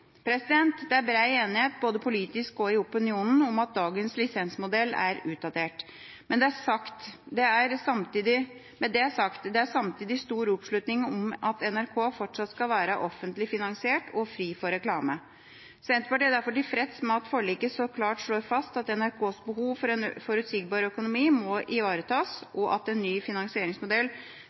Det er bred enighet, både politisk og i opinionen, om at dagens lisensmodell er utdatert. Med det sagt: Det er samtidig stor oppslutning om at NRK fortsatt skal være offentlig finansiert og fri for reklame. Senterpartiet er derfor tilfreds med at forliket så klart slår fast at NRKs behov for en forutsigbar økonomi må ivaretas, og at en ny finansieringsmodell